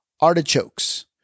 artichokes